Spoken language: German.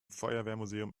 feuerwehrmuseum